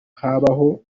habaho